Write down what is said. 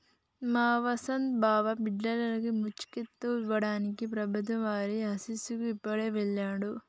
మా వసంత్ బావ బిడ్డర్లకి పూచీకత్తు ఇవ్వడానికి ప్రభుత్వం వారి ఆఫీసుకి ఇప్పుడే వెళ్ళిండు